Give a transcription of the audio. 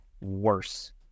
worse